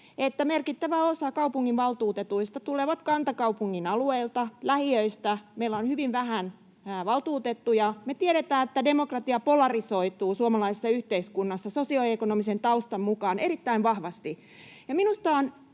että merkittävä osa kaupunginvaltuutetuista tulee kantakaupungin alueelta, lähiöistä meillä on hyvin vähän valtuutettuja. Me tiedetään, että demokratia polarisoituu suomalaisessa yhteiskunnassa sosioekonomisen taustan mukaan erittäin vahvasti, ja minusta on